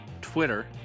Twitter